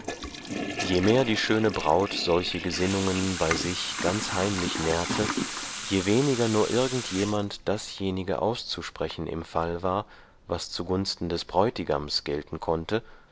je mehr die schöne braut solche gesinnungen bei sich ganz heimlich nährte je weniger nur irgend jemand dasjenige auszusprechen im fall war was zugunsten des bräutigams gelten konnte